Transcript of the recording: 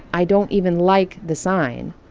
i don't even like the sign.